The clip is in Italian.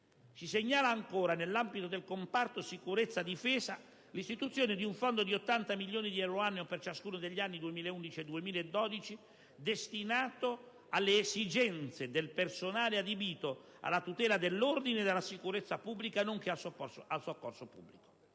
Si segnala ancora, nell'ambito del comparto sicurezza-difesa, l'istituzione di un fondo di 80 milioni di euro annui per ciascuno degli anni 2011-2012 destinato alle esigenze del personale adibito alla tutela dell'ordine e della sicurezza pubblica, nonché al soccorso pubblico.